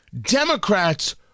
Democrats